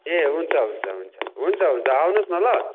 ए हुन्छ हुन्छ हुन्छ हुन्छ हुन्छ आउनुहोस् न ल